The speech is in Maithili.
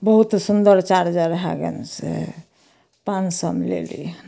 बहुत सुन्दर चार्जर हइ गन से पाँच सओमे लेली हँ